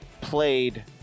played